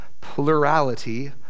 plurality